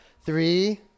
Three